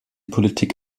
politik